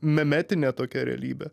memetinė tokia realybė